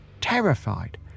terrified